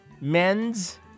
men's